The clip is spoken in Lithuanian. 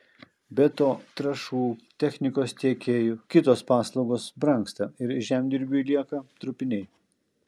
be to trąšų technikos tiekėjų kitos paslaugos brangsta ir žemdirbiui lieka trupiniai